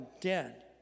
dead